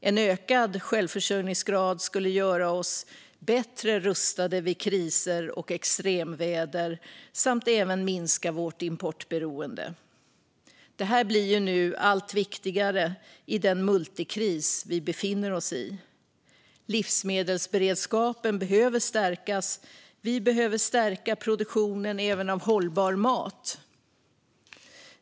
En ökad självförsörjningsgrad skulle göra oss bättre rustade vid kriser och extremväder samt även minska vårt importberoende. Det här blir allt viktigare i den multikris vi nu befinner oss i. Livsmedelsberedskapen behöver stärkas. Vi behöver stärka produktionen även av hållbar mat.